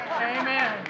Amen